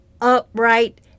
upright